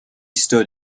stood